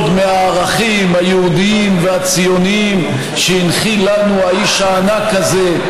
מהערכים היהודיים והציוניים שהנחיל לנו האיש הענק הזה,